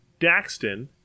Daxton